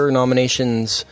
nominations